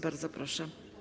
Bardzo proszę.